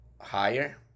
higher